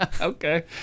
Okay